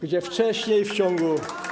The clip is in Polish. Gdzie wcześniej w ciągu.